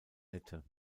nette